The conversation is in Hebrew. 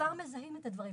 כבר מזהים את הדברים.